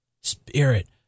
Spirit